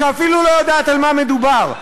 שאפילו לא יודעת על מה מדובר.